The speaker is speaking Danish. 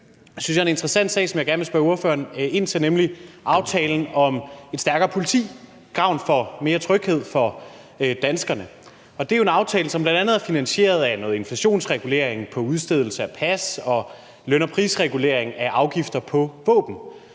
en, synes jeg, interessant sag, som jeg gerne vil spørge ordføreren om, nemlig aftalen om et stærkere politi til gavn for mere tryghed for danskerne. Det er jo en aftale, som bl.a. er finansieret af noget inflationsregulering på udstedelse af pas og prisregulering af afgifter på våben.